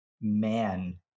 man